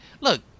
look